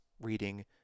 reading